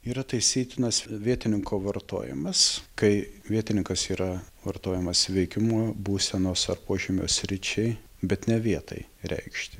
yra taisytinas vietininko vartojimas kai vietininkas yra vartojamas veikimo būsenos ar požymio sričiai bet ne vietai reikšti